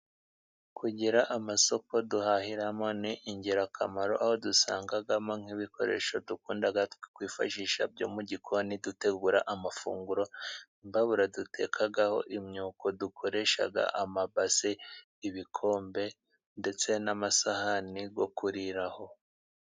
Kugira amasoko duhahiramo ni ingirakamaro, aho dusangamo nk'ibikoresho dukunda kwifashisha byo mu gikoni dutegura amafunguro, nk'imbabura dutekaho, imyuko dukoresha, amabasi, ibikombe, ndetse n'amasahani yo kuriraho.